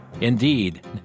Indeed